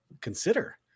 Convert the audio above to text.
consider